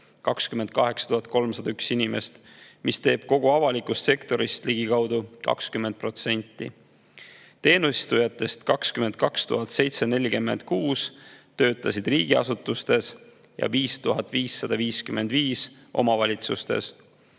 28 301 inimest, mis teeb kogu avalikust sektorist ligikaudu 20%. Teenistujatest 22 746 töötasid riigiasutustes ja 5555 omavalitsustes.